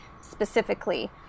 specifically